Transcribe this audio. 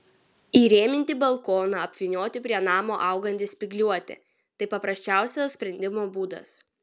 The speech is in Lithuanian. įrėminti balkoną apvynioti prie namo augantį spygliuotį tai paprasčiausias sprendimo būdas